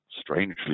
strangely